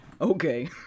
okay